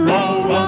Roll